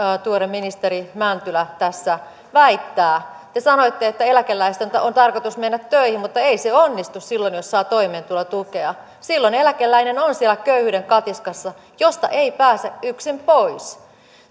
tuore ministeri mäntylä tässä väittää te sanoitte että eläkeläisten on tarkoitus mennä töihin mutta ei se onnistu silloin jos saa toimeentulotukea silloin eläkeläinen on siellä köyhyyden katiskassa josta ei pääse yksin pois